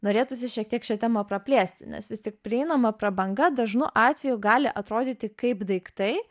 norėtųsi šiek tiek šią temą praplėsti nes vis tik prieinama prabanga dažnu atveju gali atrodyti kaip daiktai